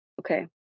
Okay